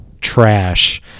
trash